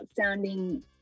sounding